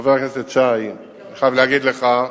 חבר הכנסת שי, אני חייב להגיד לך,